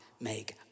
make